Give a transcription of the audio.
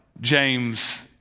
James